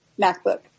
MacBook